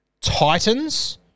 Titans